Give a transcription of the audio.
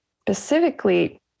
Specifically